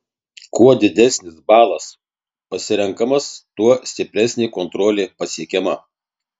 kuo didesnis balas pasirenkamas tuo stipresnė kontrolė pasiekiama